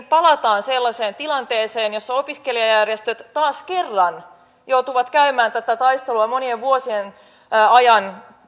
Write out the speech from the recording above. palataan sellaiseen tilanteeseen jossa opiskelijajärjestöt taas kerran joutuvat käymään pahimmassa tapauksessa monien vuosien ajan